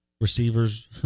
Receivers